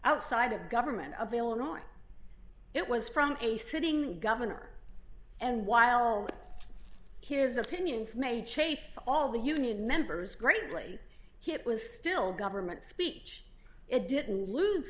outside of government of illinois it was from a sitting governor and while his opinions may chafe all the union members greatly hip was still government speech it didn't lose